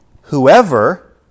whoever